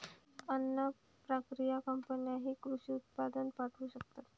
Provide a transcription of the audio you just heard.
अन्न प्रक्रिया कंपन्यांनाही कृषी उत्पादन पाठवू शकतात